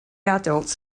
adults